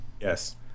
Yes